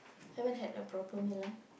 haven't had a proper meal lah